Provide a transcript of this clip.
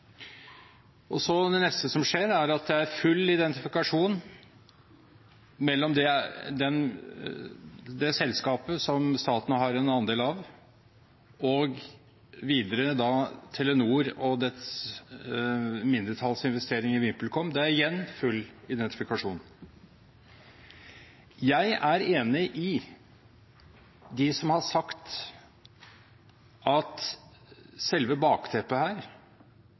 Det neste som skjer, er at det er full identifikasjon mellom det selskapet som staten har en andel av, og Telenor og dets mindretalls investering i VimpelCom. Det er igjen full identifikasjon. Jeg er enig med dem som har sagt at selve bakteppet her,